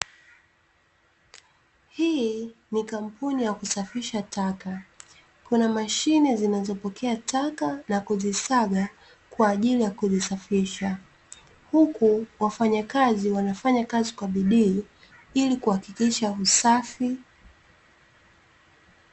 Hii ni kampuni ya kusafisha taka. Kuna mashine zinazopokea taka na kuzisaga kwa ajili ya kuzisafisha, huku wafanyakazi wanafanya kazi kwa bidii ili kuhakikisha usafi.